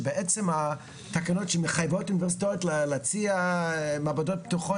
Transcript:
שהתקנות שמחייבות את האוניברסיטאות להציע מעבדות פתוחות,